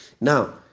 Now